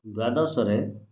ଦ୍ୱାଦଶରେ